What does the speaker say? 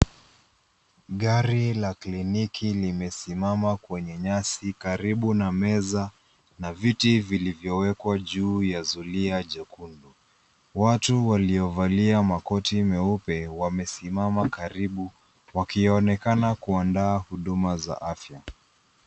Gari la kiliniki limesimama kwenye nyasi karibu na meza na viti vilivyowekwa juu ya zulia jekundu. Watu waliovalia makoti meupe, wamesimama karibu, wakionekana kuandaa huduma za afya.